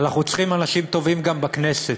אנחנו צריכים אנשים טובים גם בכנסת,